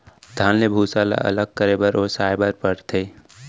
धान ले भूसा ल अलग करे बर ओसाए बर परथे